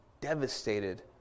devastated